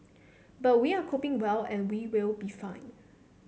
but we are coping well and we will be fine